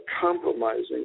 compromising